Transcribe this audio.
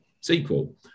sequel